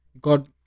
god